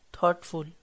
thoughtful